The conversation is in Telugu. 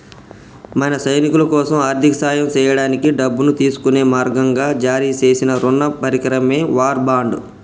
మన సైనికులకోసం ఆర్థిక సాయం సేయడానికి డబ్బును తీసుకునే మార్గంగా జారీ సేసిన రుణ పరికరమే వార్ బాండ్